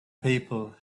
people